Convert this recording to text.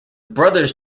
brothers